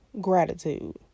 gratitude